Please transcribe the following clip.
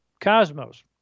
cosmos